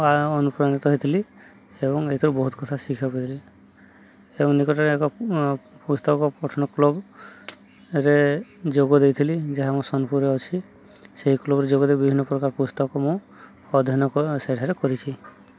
ଅନୁପ୍ରାଣିତ ହେଇଥିଲି ଏବଂ ଏଥିରୁ ବହୁତ କଥା ଶିଖିବାକୁ ପାଇଥିଲି ଏବଂ ନିକଟରେ ଏକ ପୁସ୍ତକ ପଠନ କ୍ଲବ୍ରେ ଯୋଗ ଦେଇଥିଲି ଯାହା ମୋ ସୋନପୁରରେ ଅଛି ସେହି କ୍ଲବ୍ରେ ଯୋଗ ଦେଇଥିଲି ବିଭିନ୍ନ ପ୍ରକାର ପୁସ୍ତକ ମୁଁ ଅଧ୍ୟୟନ ସେଠାରେ କରିଛି